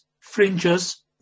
Fringes